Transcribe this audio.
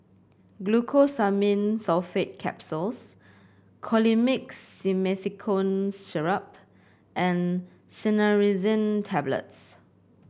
Glucosamine Sulfate Capsules Colimix Simethicone Syrup and Cinnarizine Tablets